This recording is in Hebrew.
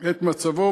את מצבו,